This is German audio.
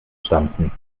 stampfen